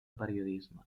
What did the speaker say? periodisme